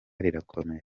rirakomeje